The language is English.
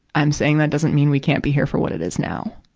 i'm saying, that doesn't mean we can't be here for what it is now.